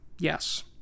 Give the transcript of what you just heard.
Yes